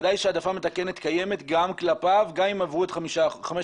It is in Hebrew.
ודאי שההעדפה המתקנת קיימת גם כלפיו גם אם עברו את ה-5%.